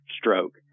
stroke